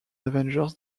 avengers